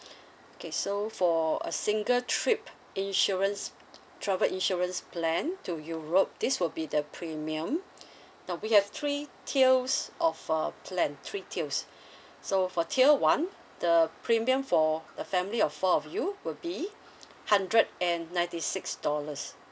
okay so for a single trip insurance travel insurance plan to europe this will be the premium now we have three tiers of uh plan three tiers so for tier one the premium for the family of four of you will be hundred and ninety six dollars